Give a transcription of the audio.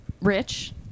Rich